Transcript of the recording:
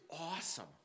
awesome